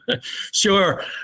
Sure